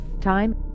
time